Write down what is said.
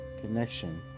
connection